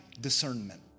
discernment